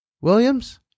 Williams